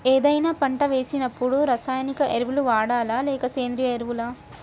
ఏదైనా పంట వేసినప్పుడు రసాయనిక ఎరువులు వాడాలా? లేక సేంద్రీయ ఎరవులా?